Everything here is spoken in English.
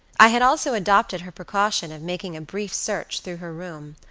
i had also adopted her precaution of making a brief search through her room,